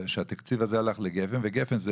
שהתקציב הזה הלך לגפ"ן וגפ"ן,